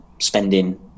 spending